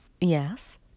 yes